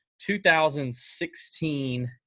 2016